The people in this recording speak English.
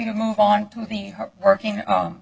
to move on to the working